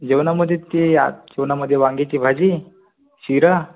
जेवणामधे ते आच जेवणामधी वांग्याची भाजी शिरा